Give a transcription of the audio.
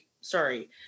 Sorry